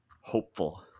hopeful